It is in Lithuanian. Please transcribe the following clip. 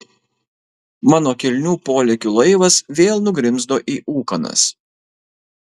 mano kilnių polėkių laivas vėl nugrimzdo į ūkanas